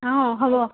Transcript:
অঁ হ'ব